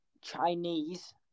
Chinese